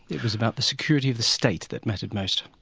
it was about the security of the state that mattered most.